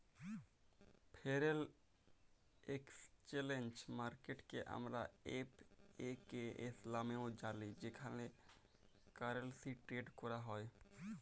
foreign exchange মার্কেটকে আমরা এফ.এ.কে.এস লামেও জালি যেখালে কারেলসি টেরেড ক্যরা হ্যয়